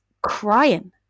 crying